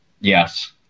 Yes